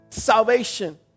salvation